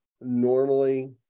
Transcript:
normally